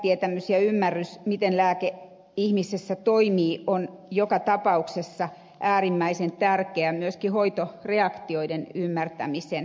lääketietämys ja ymmärrys miten lääke ihmisessä toimii on joka tapauksessa äärimmäisen tärkeää myöskin hoitoreaktioiden ymmärtämisen kannalta